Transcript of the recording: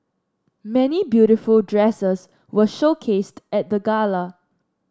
many beautiful dresses were showcased at the gala